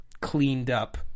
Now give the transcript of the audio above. cleaned-up